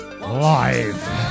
live